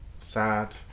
sad